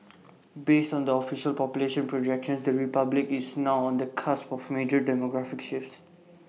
based on the official population projections the republic is now on the cusp of major demographic shifts